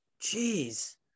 Jeez